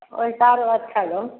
ओहिसँ आओर अच्छा गाम